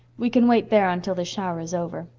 we can wait there until this shower is over.